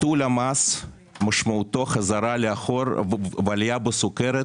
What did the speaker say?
ביטול המס, משמעותו חזרה לאחור בעלייה בסוכרת,